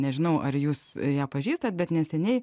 nežinau ar jūs ją pažįstat bet neseniai